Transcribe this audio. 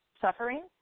suffering